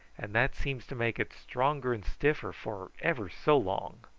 and that seems to make it stronger and stiffer for ever so long.